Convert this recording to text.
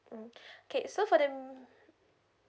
um okay so for them